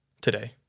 today